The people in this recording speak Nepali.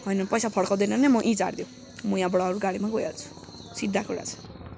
होइन पैसा फर्काउदैन भने म यहीँ झारीदेऊ म यहाँबाट अरू गाडिमा गइहाल्छु सिधा कुरा छ